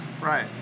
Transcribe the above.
Right